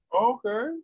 Okay